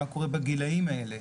מה קורה בגילאים האלה,